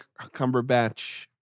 Cumberbatch